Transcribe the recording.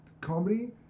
comedy